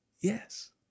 yes